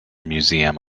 museum